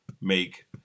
make